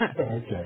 Okay